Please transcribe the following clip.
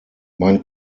mein